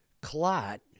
clot